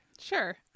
Sure